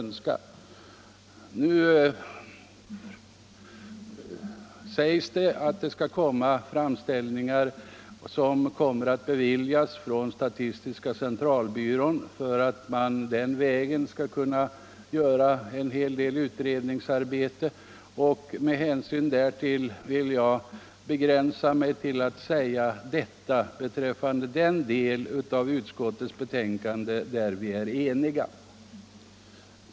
Nu sägs det att framställningar kommer att göras från statistiska centralbyrån om att få utföra en hel del utredningsarbete samt att de framställningarna kommer att beviljas, och med hänsyn härtill skall jag nu begränsa mig till vad jag här sagt rörande den delen av utskottets betänkande där vi är eniga.